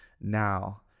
now